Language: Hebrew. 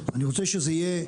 אני רוצה שזה יהיה,